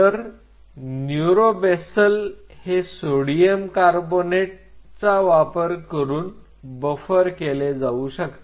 तर न्यूरोबेसल हे sodium bicarbonate चा वापर करून बफर केले जाऊ शकते